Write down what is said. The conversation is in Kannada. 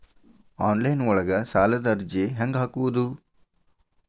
ಆನ್ಲೈನ್ ಒಳಗ ಸಾಲದ ಅರ್ಜಿ ಹೆಂಗ್ ಹಾಕುವುದು?